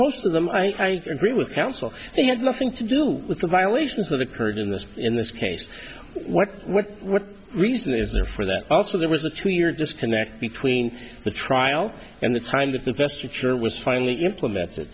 most of them i agree with counsel they had nothing to do with the violations that occurred in this in this case what what what reason is there for that also there was a two year disconnect between the trial and the time that the best picture was finally implemented